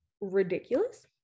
ridiculous